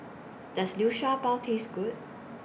Does Liu Sha Bao Taste Good